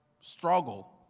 struggle